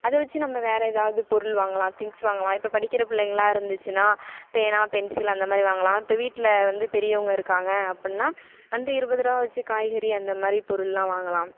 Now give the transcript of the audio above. அதை வச்சு நம்ம வேறு ஏதாவது பொருள் வாங்கலாம் திங்க்ஸ் வாங்கலாம் இப்போ படிக்கிற பிள்ளைகளாக இருந்துச்சுனா பேனா பென்சில் அந்த மாதிரி வாங்கலாம் இப்போ வீட்டில் பெரியவங்க இருக்காங்க அப்படின்னா அந்த இருபது ரூபா வச்சு காய்கறி அந்தமாதிரி பொருள்லாம் வாங்கலாம்